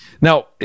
Now